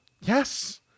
Yes